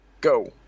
go